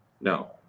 no